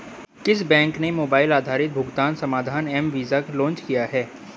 किस बैंक ने मोबाइल आधारित भुगतान समाधान एम वीज़ा लॉन्च किया है?